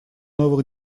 новых